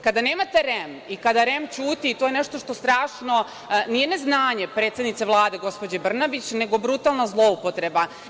Kada nemate REM i kada REM ćuti, to je nešto što strašno nije ne znanje predsednice Vlade, gospođe Brnabić, nego brutalna zloupotreba.